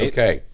Okay